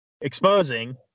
exposing